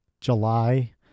July